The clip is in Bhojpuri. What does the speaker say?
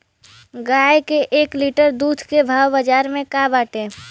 गाय के एक लीटर दूध के भाव बाजार में का बाटे?